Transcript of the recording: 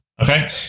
Okay